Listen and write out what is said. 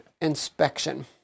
inspection